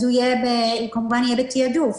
הוא כמובן יהיה בתעדוף.